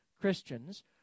Christians